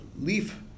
leaf